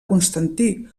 constantí